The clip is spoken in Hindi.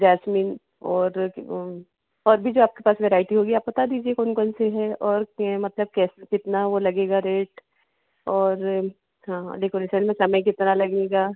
जासमीन और कि वह और भी जो आपके पास वेराइटी होगी आप बता दीजिए कौन कौन से हैं और क उसमें मतलब कैसे कितना वह लगेगा रेट और हाँ हाँ डेकोरेशन में समय कितना लगेगा